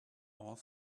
all